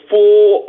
Full